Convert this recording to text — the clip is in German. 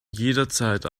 jederzeit